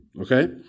okay